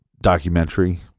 documentary